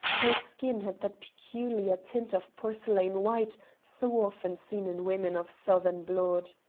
her skin had that peculiar tint of porcelain-white so often seen in women of southern blood.